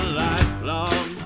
lifelong